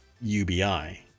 ubi